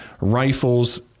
rifles